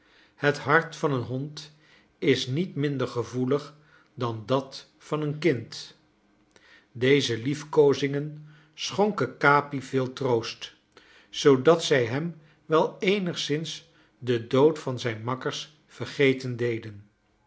het hart van een hond is niet minder gevoelig dan dat van een kind deze liefkoozingen schonken capi veel troost zoodat zij hem wel eenigszins den dood van zijn makkers vergeten deden